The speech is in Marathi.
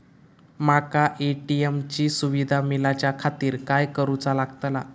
माका ए.टी.एम ची सुविधा मेलाच्याखातिर काय करूचा लागतला?